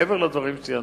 מעבר לדברים שציינת.